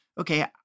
Okay